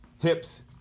hips